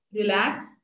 Relax